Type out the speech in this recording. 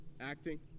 acting